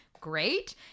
great